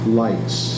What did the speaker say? lights